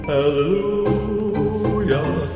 Hallelujah